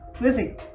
Lizzie